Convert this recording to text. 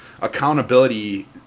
accountability